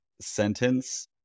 sentence